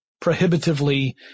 prohibitively